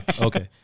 Okay